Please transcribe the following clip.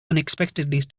unexpectedly